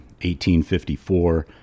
1854